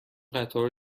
قطار